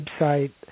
website